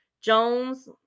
Jones